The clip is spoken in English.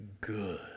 good